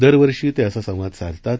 दरवर्षी ते असा संवाद साधतात